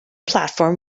platform